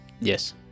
Yes